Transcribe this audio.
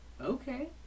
Okay